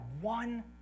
one